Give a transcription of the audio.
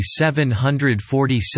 747